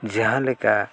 ᱡᱟᱦᱟᱸ ᱞᱮᱠᱟ